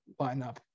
lineup